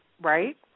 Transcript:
Right